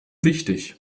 wichtig